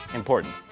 important